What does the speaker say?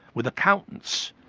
with accountants,